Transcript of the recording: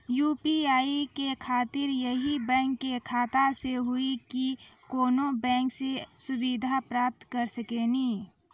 UPI के खातिर यही बैंक के खाता से हुई की कोनो बैंक से सुविधा प्राप्त करऽ सकनी?